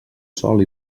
sol